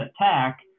attack